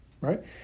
Right